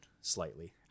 slightly